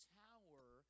tower